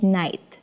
night